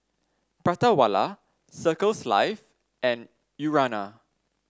Prata Wala Circles Life and Urana